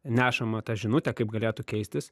nešamą tą žinutę kaip galėtų keistis